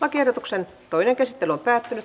lakiehdotuksen toinen käsittely päättyi